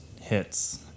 hits